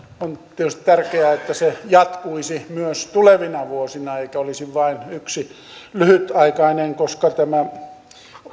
on tietysti tärkeää että se jatkuisi myös tulevina vuosina eikä olisi vain yksi lyhytaikainen koska tämä